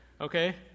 Okay